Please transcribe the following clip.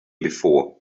before